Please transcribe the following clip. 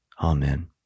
Amen